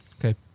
Okay